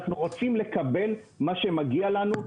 אנחנו רוצים לקבל מה שמגיע לנו.